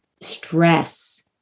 stress